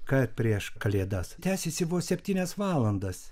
kad prieš kalėdas tęsėsi vos septynias valandas